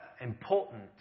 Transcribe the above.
important